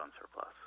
surplus